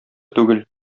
түгел